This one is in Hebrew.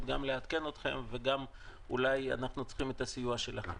גם לעדכן אתכם וגם אולי אנחנו צריכים את הסיוע שלכם.